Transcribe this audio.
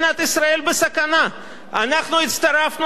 אנחנו הצטרפנו לממשלה כדי להציל את הכלכלה,